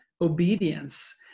obedience